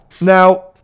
now